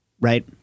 right